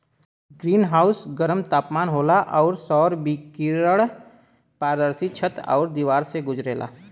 green house में गरम तापमान होला आउर सौर विकिरण पारदर्शी छत आउर दिवार से गुजरेला